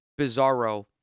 bizarro